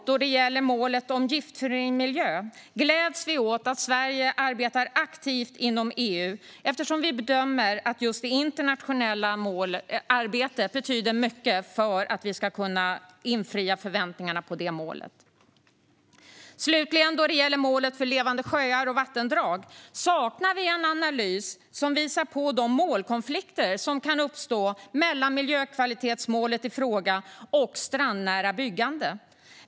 När det gäller målet om giftfri miljö gläds vi däremot åt att Sverige arbetar aktivt inom EU, eftersom vi bedömer att just det internationella arbetet betyder mycket för att vi ska kunna infria förväntningarna om detta mål. Slutligen, när det gäller målet för levande sjöar och vattendrag, saknar vi en analys som visar på de målkonflikter som kan uppstå mellan miljökvalitetsmålet i fråga och strandnära byggande.